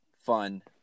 fun